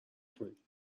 کنی